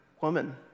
Woman